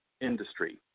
industry